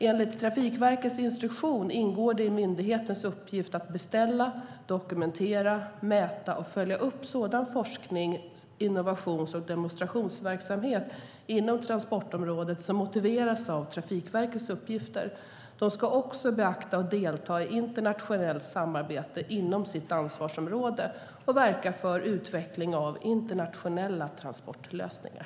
Enligt Trafikverkets instruktion ingår det i myndighetens uppgift att beställa, dokumentera, mäta och följa upp sådan forsknings-, innovations och demonstrationsverksamhet inom transportområdet som motiveras av Trafikverkets uppgifter. De ska också bevaka och delta i internationellt samarbete inom sitt ansvarsområde och verka för utveckling av internationella transportlösningar.